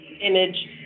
image